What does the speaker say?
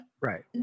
Right